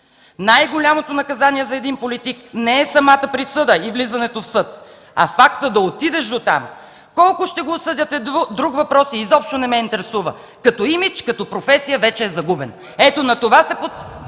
„Най-голямото наказание за един политик не е самата присъда и влизането в съд, а фактът да отидеш до там. Колко ще го осъдят е друг въпрос и изобщо не ме интересува. Като имидж, като професия вече е загубен”. Ето на това се подчинява